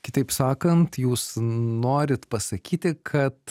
kitaip sakant jūs norit pasakyti kad